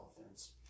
offense